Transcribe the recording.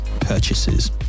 purchases